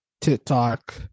TikTok